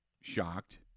shocked